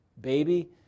baby